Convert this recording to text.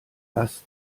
dass